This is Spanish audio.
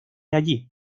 allí